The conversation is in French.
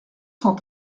cent